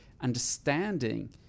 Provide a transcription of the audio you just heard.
understanding